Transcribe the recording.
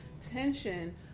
tension